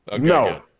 No